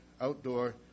outdoor